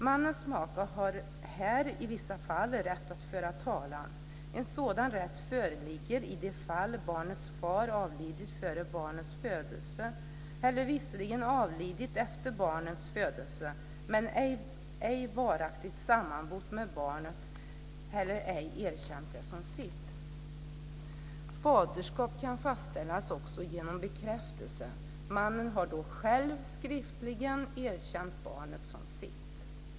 Mannens maka har här i vissa fall rätt att föra talan, en sådan rätt föreligger i de fall barnets far avlidit före barnets födelse eller visserligen avlidit efter barnets födelse, men ej varaktigt sammanbott med barnet och ej eller erkänt det som sitt. Faderskap kan fastsällas också genom bekräftelse. Mannen har då själv skriftligen erkänt barnet som sitt.